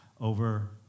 over